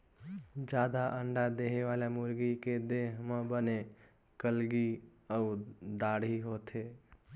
जादा अंडा देहे वाला मुरगी के देह म बने कलंगी अउ दाड़ी होथे